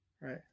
right